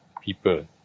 people